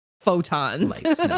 photons